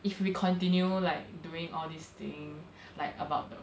if we continue like doing all this thing like about the